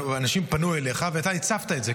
אנשים פנו אליך, ואתה הצפת את זה.